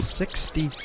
sixty